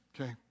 Okay